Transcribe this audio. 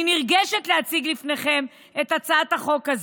אני נרגשת להציג בפניכם את הצעת החוק הזו,